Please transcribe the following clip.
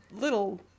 little